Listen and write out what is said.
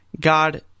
God